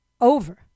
over